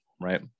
right